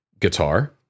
guitar